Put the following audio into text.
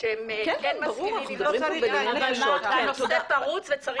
שהם מסכימים שהנושא פרוץ וצריך להסדיר אותו.